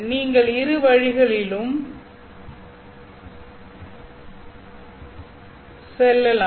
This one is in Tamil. நீங்கள் இரு வழிகளிலும் செல்லலாம்